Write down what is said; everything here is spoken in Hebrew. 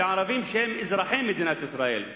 בערבים שהם אזרחי מדינת ישראל.